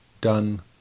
done